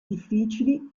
difficili